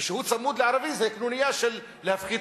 וכשהוא צמוד לערבי זו קנוניה של להפחית.